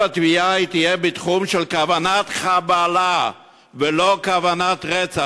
התביעה יהיה בתחום של כוונת חבלה ולא כוונת רצח.